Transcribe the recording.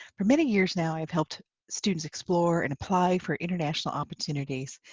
for many years now i've helped students explore and apply for international opportunities.